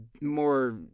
more